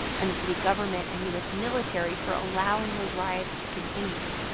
and the city government and us military for allowing those riots to continue.